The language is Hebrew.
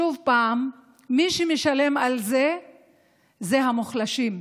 שוב, מי שמשלם על זה הם המוחלשים.